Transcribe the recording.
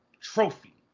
Trophy